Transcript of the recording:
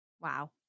Wow